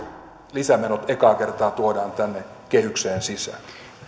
lisämenot ekaa kertaa tuodaan tänne kehykseen sisään